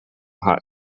hot